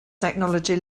technology